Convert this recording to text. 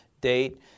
date